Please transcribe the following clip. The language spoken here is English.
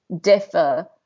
differ